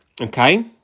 Okay